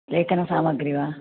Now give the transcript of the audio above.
लेखनसामग्रि वा